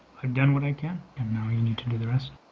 have done what i can and now you need to do the rest.